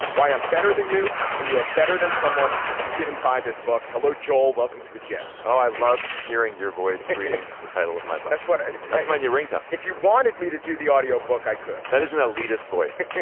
why i'm better than you and you are better than someone who didn't buy this book. hello joel welcome to the gist oh i love hearing your voice reading the title of my book that's what that's my new ringtone if you wanted me to do the audio book i could. that is an elitist voice.